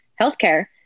healthcare